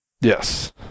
Yes